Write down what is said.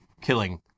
killing